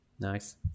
Nice